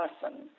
person